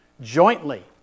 jointly